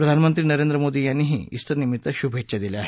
प्रधानमंत्री नरेंद्र मोदी यांनीही ईस्टरनिमित्त शुभेच्छा दिल्या आहेत